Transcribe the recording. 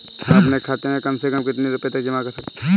हम अपने खाते में कम से कम कितने रुपये तक जमा कर सकते हैं?